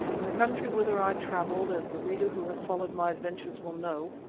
in the country whither i travelled, as the reader who has followed my adventures will know,